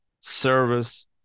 service